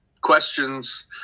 questions